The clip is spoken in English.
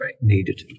needed